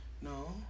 No